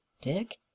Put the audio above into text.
dick